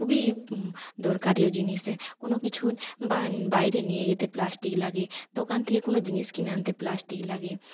খুবই দরকারিও জিনিসের কোন কিছুর বাইরে নিয়ে যেতে প্লাস্টিক লাগে দোকান থেকে কোনো জিনিস কিনে আনতে প্লাস্টিক লাগে